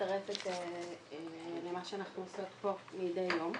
מצטרף למה שאנחנו עושות פה מדי יום,